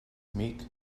mate